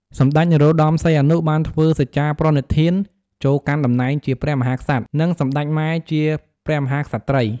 សម្តេច នរោត្តម សីហនុ បានធ្វើសច្ចាប្រណិធាន ចូលកាន់តំណែងជាព្រះមហាក្សត្រ និងសម្តេច ម៉ែ ជាព្រះមហាក្សត្រី។